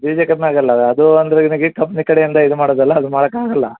ಬೀಜ ಕಮ್ಮಿ ಆಗೋಲ್ಲ ಅದು ಅಂದರೆ ನಿನಗೆ ಕಂಪ್ನಿ ಕಡೆಯಿಂದ ಇದು ಮಾಡೋದಲ್ಲ ಅದು ಮಾಡೋಕ್ಕಾಗಲ್ಲ